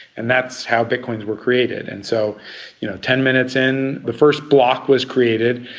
and that's how bitcoins were created. and so you know ten minutes in, the first block was created,